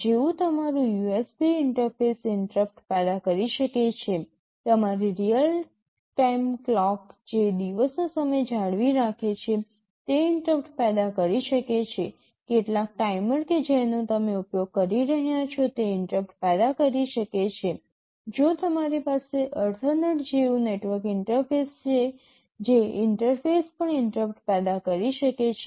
જેવું તમારું USB interface interrupt પેદા કરી શકે છે તમારી રીઅલ ટાઇમ ક્લોક જે દિવસનો સમય જાળવી રાખે છે તે ઇન્ટરપ્ટ પેદા કરી શકે છે કેટલાક ટાઈમર કે જેનો તમે ઉપયોગ કરી રહ્યા છો તે ઇન્ટરપ્ટ પેદા કરી શકે છે જો તમારી પાસે Ethernet જેવું નેટવર્ક ઇન્ટરફેસ છે જે ઇન્ટરફેસ પણ ઇન્ટરપ્ટ પેદા કરી શકે છે